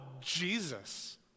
Jesus